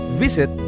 visit